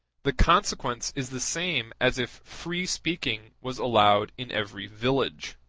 the consequence is the same as if free speaking was allowed in every village.